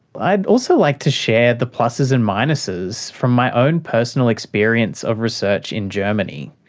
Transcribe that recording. i'd also like to share the pluses and minuses from my own personal experience of research in germany.